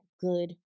good